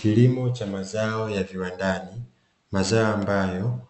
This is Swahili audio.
Kilimo cha mazao ya viwandani, mazao ambayo